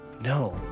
No